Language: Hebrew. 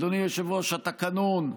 אדוני היושב-ראש, התקנון,